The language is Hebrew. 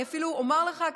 אני אפילו אומר לך,